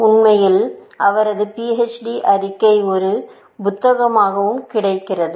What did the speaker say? உண்மையில் அவரது PHD ஆய்வறிக்கை ஒரு புத்தகமாகவும் கிடைக்கிறது